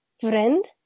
friend